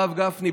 הרב גפני.